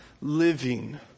living